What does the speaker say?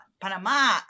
Panama